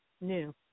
new